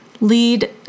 Lead